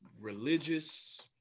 religious